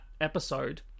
episode